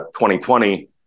2020